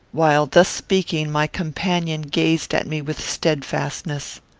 while thus speaking, my companion gazed at me with steadfastness